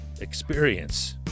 experience